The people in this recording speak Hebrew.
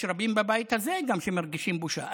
יש רבים גם בבית הזה שמרגישים בושה.